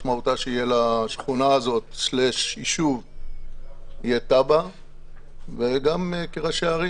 משמעותה היא שיהיה לשכונה/ישוב תב"ע וגם כראשי ערים